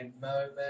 moment